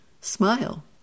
Smile